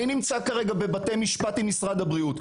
אני נמצא כרגע בבתי משפט עם משרד הבריאות.